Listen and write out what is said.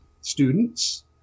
students